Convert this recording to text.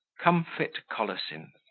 comfit colocynth.